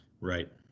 Right